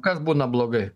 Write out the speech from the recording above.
kas būna blogai